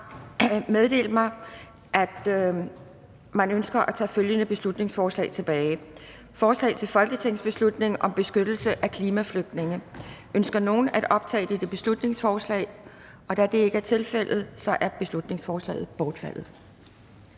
har meddelt mig, at de ønsker at tage følgende beslutningsforslag tilbage: Forslag til folketingsbeslutning om beskyttelse af klimaflygtninge. (Beslutningsforslag nr. 44) Ønsker nogen at optage dette beslutningsforslag? Da det ikke er tilfældet, er beslutningsforslaget bortfaldet.